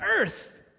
earth